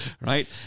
right